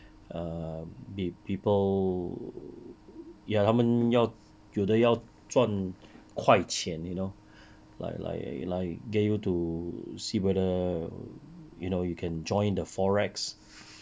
err p~ people ya 他们要有的要赚快钱 you know like like like get you to see whether you can join the forex